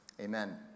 Amen